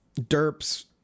Derp's